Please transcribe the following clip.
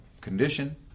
condition